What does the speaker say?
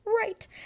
right